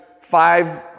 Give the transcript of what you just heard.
five